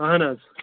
اہَن حظ